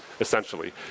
essentially